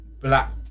black